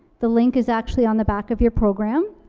the link is actually on the back of your program.